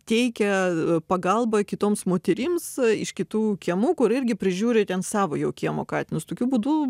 teikia pagalbą kitoms moterims iš kitų kiemų kur irgi prižiūri ten savo jau kiemo katinus tokiu būdu